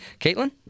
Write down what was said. Caitlin